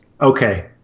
okay